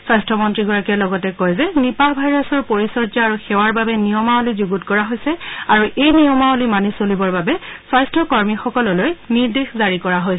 স্বাস্থ্যমন্ত্ৰীগৰাকীয়ে লগতে কয় যে নিপাহ ভাইৰাছৰ পৰিচৰ্যা আৰু সেৱাৰ বাবে নিয়মাৱলী যুগুত কৰা হৈছে আৰু এই নিয়মাৱলী মানি চলিবৰ বাবে স্বাস্থ্য কৰ্মীসকললৈ নিৰ্দেশ জাৰি কৰা হৈছে